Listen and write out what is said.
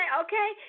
okay